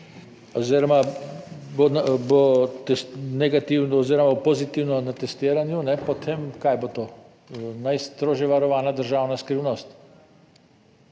oziroma bo negativno oziroma bo pozitivno na testiranju, potem kaj bo to najstrožje varovana državna skrivnost.